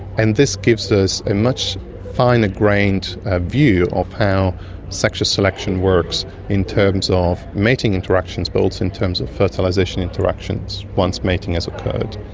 and this gives us a much finer-grained view of how sexual selection works in terms of mating interactions, both in terms of fertilisation interactions once mating has occurred.